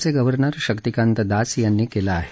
चे गव्हर्नर शक्तिकांत दास यांनी केलं आहे